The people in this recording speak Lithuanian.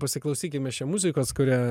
pasiklausykim mes čia muzikos kurią